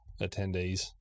attendees